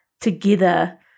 together